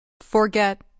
Forget